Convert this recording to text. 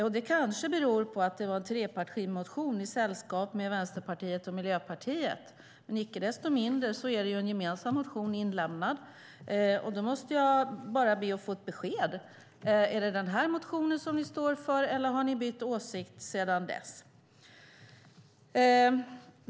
Det beror kanske på att det var en trepartimotion i sällskap med Vänsterpartiet och Miljöpartiet, men icke desto mindre är det en gemensam motion inlämnad. Då måste jag be att få ett besked. Är det den här motionen som ni står för? Eller har ni bytt åsikt sedan dess?